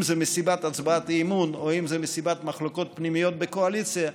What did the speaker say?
אם זה בשל הצבעת אמון ואם זה בשל מחלוקות פנימיות בקואליציה,